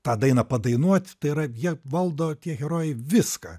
tą dainą padainuoti tai yra jie valdo tie herojai viską